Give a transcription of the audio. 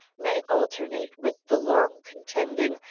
may alternate with the long-contending,